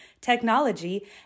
technology